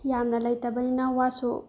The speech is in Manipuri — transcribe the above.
ꯌꯥꯝꯅ ꯂꯩꯇꯕꯅꯤꯅ ꯋꯥꯁꯨ